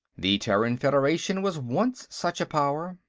the terran federation was once such a power.